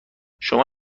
شما